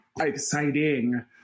exciting